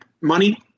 money